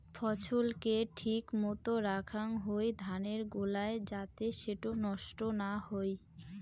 ফছল কে ঠিক মতো রাখাং হই ধানের গোলায় যাতে সেটো নষ্ট না হই